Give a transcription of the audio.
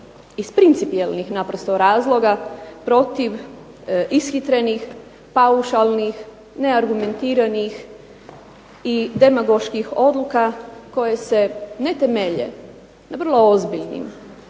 iz principijelnih naprosto razloga, protiv ishitrenih, paušalnih, neargumentiranih, i demagoških odluka koje se ne temelje na vrlo ozbiljnim